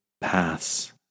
paths